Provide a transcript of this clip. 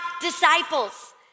disciples